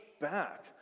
back